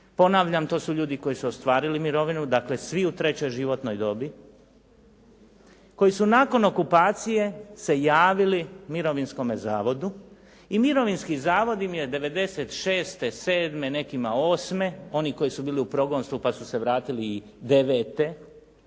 Ponavljam to su ljudi koji su ostvarili mirovinu dakle svi u trećoj životnoj dobi koji su nakon okupacije se javili Mirovinskome zavodu i Mirovinski zavod im je 1996., 1997., nekima osme oni koji su bili u progonstvu pa su se vratili i